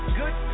good